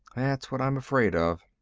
that's what i'm afraid of.